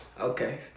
Okay